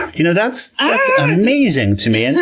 you know that's amazing to me. and